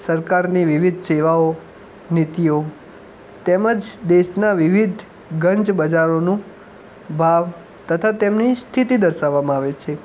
સરકારની વિવિધ સેવાઓ નીતિઓ તેમજ દેશના વિવિધ ગંજ બજારોનો ભાવ તથા તેમની સ્થિતિ દર્શાવવામાં આવે છે